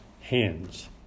hands